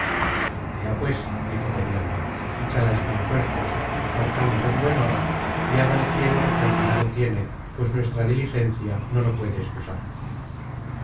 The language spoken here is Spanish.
ea pues dijo periandro echada está la suerte partamos en buen hora y haga el cielo lo que ordenado tiene pues nuestra diligencia no lo puede excusar